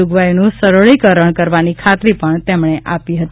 જોગવાઇઓનું સરળીકરણ કરવાની ખાત્રી પણ તેમણે આપી હતી